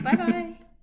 Bye-bye